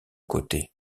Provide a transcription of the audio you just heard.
côté